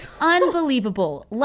unbelievable